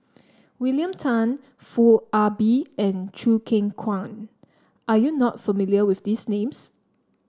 William Tan Foo Ah Bee and Choo Keng Kwang are you not familiar with these names